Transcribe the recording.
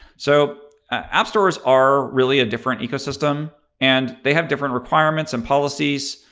so app stores are really a different ecosystem. and they have different requirements and policies.